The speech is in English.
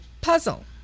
puzzle